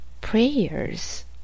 Prayers